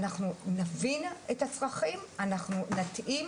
אנחנו נבין את הצרכים, אנחנו נתאים